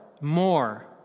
more